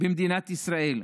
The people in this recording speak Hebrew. במדינת ישראל,